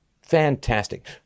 Fantastic